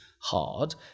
hard